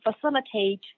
facilitate